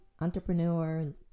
Entrepreneur